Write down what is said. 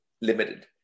limited